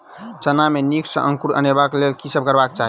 चना मे नीक सँ अंकुर अनेबाक लेल की सब करबाक चाहि?